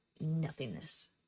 nothingness